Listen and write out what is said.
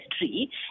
history